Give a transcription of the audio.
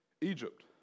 Egypt